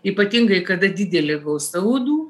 ypatingai kada didelė gausa uodų